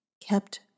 kept